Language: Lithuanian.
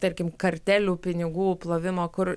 tarkim kartelių pinigų plovimo kur